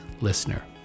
listener